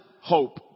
hope